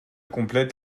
complète